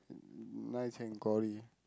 nice and gory